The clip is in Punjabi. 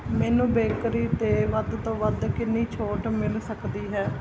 ਮੈਨੂੰ ਬੇਕਰੀ 'ਤੇ ਵੱਧ ਤੋਂ ਵੱਧ ਕਿੰਨੀ ਛੋਟ ਮਿਲ ਸਕਦੀ ਹੈ